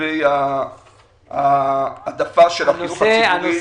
לגבי ההעדפה של החינוך הציבורי.